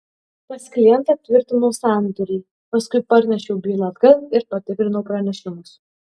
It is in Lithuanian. pas klientą tvirtinau sandorį paskui parnešiau bylą atgal ir patikrinau pranešimus